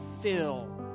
fill